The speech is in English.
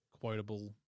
quotable